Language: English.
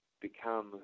become